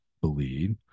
believe